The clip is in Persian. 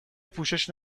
پوشش